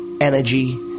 energy